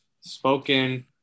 spoken